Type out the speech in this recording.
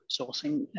sourcing